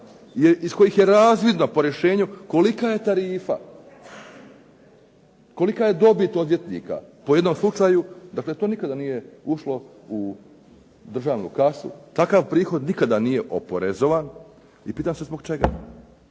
iz kojih je razvidno po rješenju kolika je tarifa, kolika je dobit odvjetnika po jednom slučaju. Dakle, to nikada nije ušlo u državnu kasu, takav prihod nikada nije oporezovan i pitam se zbog čega.